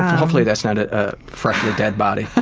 hopefully that's not a freshly dead body.